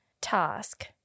task